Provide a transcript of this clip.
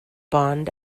bond